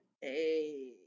hey